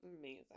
Amazing